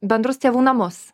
bendrus tėvų namus